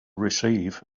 receive